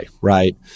right